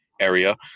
area